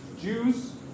Jews